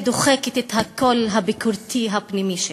דוחקת את הקול הביקורתי הפנימי שלנו.